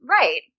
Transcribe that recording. Right